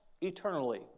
eternally